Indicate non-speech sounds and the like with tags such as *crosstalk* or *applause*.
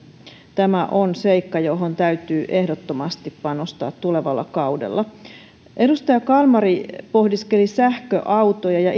tämä on seikka johon täytyy ehdottomasti panostaa tulevalla kaudella edustaja kalmari pohdiskeli sähköautoja ja *unintelligible*